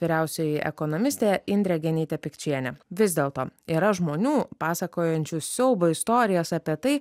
vyriausioji ekonomistė indrė genytė pikčienė vis dėlto yra žmonių pasakojančių siaubo istorijas apie tai